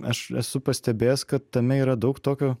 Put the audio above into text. aš esu pastebėjęs kad tame yra daug tokio